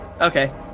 Okay